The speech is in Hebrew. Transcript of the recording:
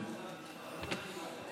השר אמסלם,